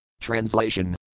Translation